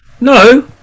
No